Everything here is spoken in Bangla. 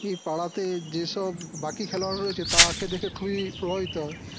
পাড়াতে যেসব বাকি খেলোয়াড়রা রয়েছে তাকে দেখে খুবই প্রভাবিত হবে